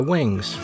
Wings